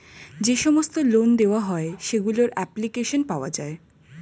যে সমস্ত লোন দেওয়া হয় সেগুলোর অ্যাপ্লিকেশন পাওয়া যায়